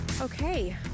Okay